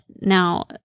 Now